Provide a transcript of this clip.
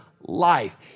life